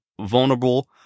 vulnerable